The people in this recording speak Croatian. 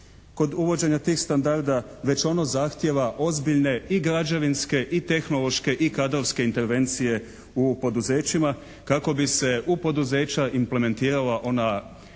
kod uvođenja tih standarda već ono zahtijeva ozbiljne i građevinske i tehnološke i kadrovske intervencije u poduzećima kako bi se u poduzeća implementirala ona,